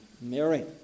Mary